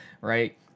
right